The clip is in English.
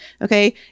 okay